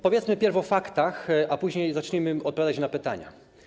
Powiedzmy najpierw o faktach, a później zaczniemy odpowiadać na pytania.